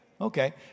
Okay